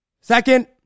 Second